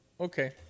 Okay